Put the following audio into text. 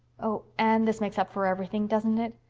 oh, anne, this makes up for everything, doesn't it?